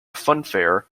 funfair